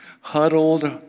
huddled